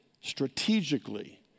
strategically